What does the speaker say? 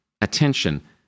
attention